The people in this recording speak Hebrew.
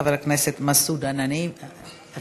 חבר הכנסת מסעוד גנאים.